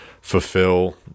fulfill